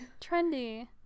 trendy